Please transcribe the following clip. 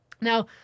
Now